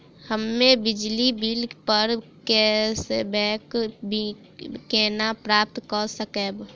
हम्मे बिजली बिल प कैशबैक केना प्राप्त करऽ सकबै?